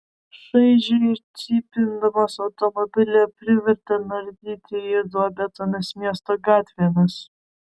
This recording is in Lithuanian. šaižiai cypindamas automobilį privertė nardyti jį duobėtomis miesto gatvėmis